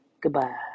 goodbye